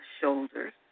shoulders